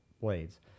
blades